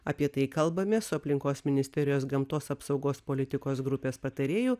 apie tai kalbamės su aplinkos ministerijos gamtos apsaugos politikos grupės patarėju